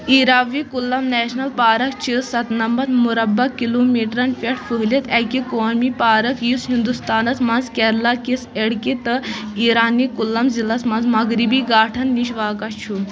Eravikulam national park چھ ستنَمتھ مُربعہٕ کِلومیٖٹرن پیٹھ پھہلِتھ اكہِ قومی پارک یُس ہنٛدوستانَس مَنٛز کیرلَہ کِس اِڈكی تہٕ اِیرانی کُلَم ضِلعَس مَنٛز مغربی گھاٹھن نِش واقع چھُ